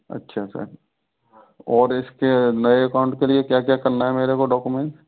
अच्छा सर और इसके नए अकाउंट के लिए क्या क्या करना है मेरे को डॉक्यूमेंट